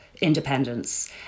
independence